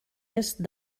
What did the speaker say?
est